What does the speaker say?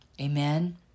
Amen